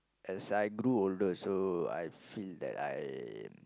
as I grew older also I feel that I